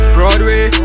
Broadway